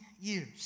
years